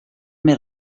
més